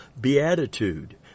beatitude